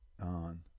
on